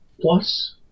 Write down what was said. Plus